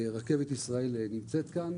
רכבת ישראל נמצאת כאן.